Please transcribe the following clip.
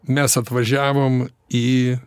mes atvažiavom į